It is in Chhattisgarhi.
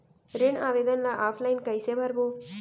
ऋण आवेदन ल ऑफलाइन कइसे भरबो?